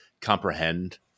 comprehend